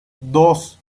dos